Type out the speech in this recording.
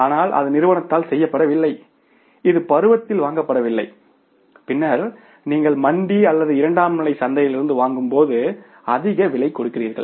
ஆனால் அது நிறுவனத்தால் செய்யப்படவில்லை இது பருவத்தில் வாங்கப்படவில்லை பின்னர் நீங்கள் மண்டி அல்லது இரண்டாம் நிலை சந்தையிலிருந்து வாங்கும்போது அதிக விலை கொடுக்கிறீர்கள்